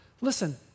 Listen